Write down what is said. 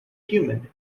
human